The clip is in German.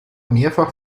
mehrfach